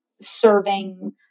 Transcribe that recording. serving